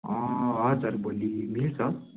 हजुर भोलि मिल्छ